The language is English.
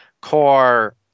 core